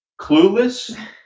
clueless